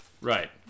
Right